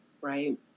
right